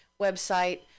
website